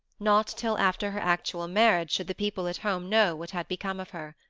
not till after her actual marriage should the people at home know what had become of her.